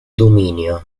dominio